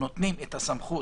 נותנים את הסמכות